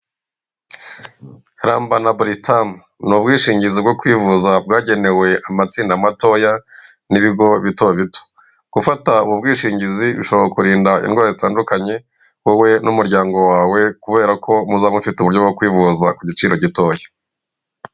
Ramba na buritamu ni ubwishingizi bwo kwivuza bwagenewe amatsinda matoya, n'ibigo bito bito. Gufata ubu bwishingizi bishobora kurinda indwara zitandukanye wowe n'umuryango wawe, kubera ko muzaba mufite uburyo bwo kwivuza ku giciro gitoya.